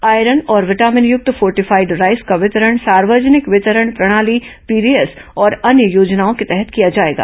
iron और विटामिनयुक्त fortified rice का वितरण सार्वजनिक वितरण प्रणाली पीडीएस और अन्य योजनाओं के तहत किया जाएगा